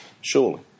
surely